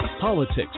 politics